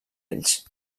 ells